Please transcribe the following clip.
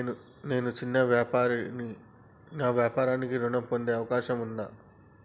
నేను చిన్న వ్యాపారిని నా వ్యాపారానికి ఋణం పొందే అవకాశం ఉందా?